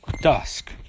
Dusk